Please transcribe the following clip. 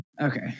okay